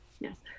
Yes